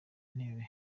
intebe